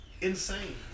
insane